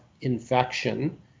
infection